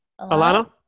Alana